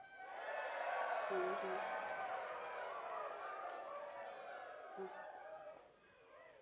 ᱦᱳᱭ ᱦᱳᱭ ᱦᱚᱸ